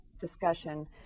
discussion